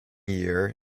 year